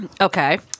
Okay